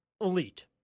Elite